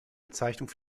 bezeichnung